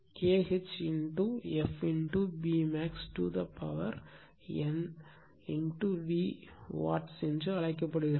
K h f Bmax to power n V watts என்று அழைக்கப்படுகிறது